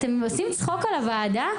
אתם עושים צחוק מהוועדה?